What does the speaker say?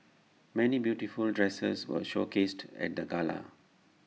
many beautiful dresses were showcased at the gala